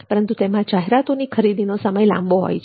પરંતુ તેમાં જાહેરાતોની ખરીદીનો સમય લાંબો હોય છે